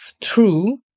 true